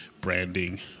branding